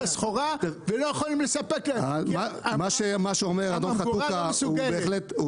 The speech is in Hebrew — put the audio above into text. הסחורה ולא יכולים לספק להם כי הממגורה לא מסוגלת.